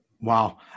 Wow